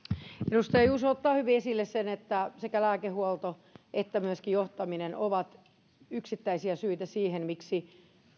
edustaja juuso ottaa hyvin esille sen että sekä lääkehuolto että myöskin johtaminen ovat yksittäisiä syitä siihen miksi